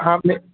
हाँ अपने